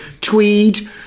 tweed